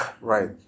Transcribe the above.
right